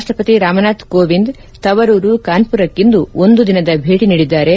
ರಾಷ್ಟಪತಿ ರಾಮ್ನಾಥ್ ಕೋವಿಂದ್ ತವರೂರು ಕಾನ್ವುರಕ್ಕಿಂದು ಒಂದು ದಿನದ ಭೇಟಿ ನೀಡಿದ್ದಾರೆ